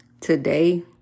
today